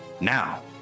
Now